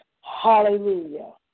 Hallelujah